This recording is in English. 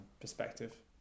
perspective